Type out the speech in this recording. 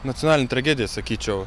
nacionalinė tragedija sakyčiau